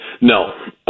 No